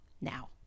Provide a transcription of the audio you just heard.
now